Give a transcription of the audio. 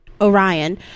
orion